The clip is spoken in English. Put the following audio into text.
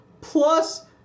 plus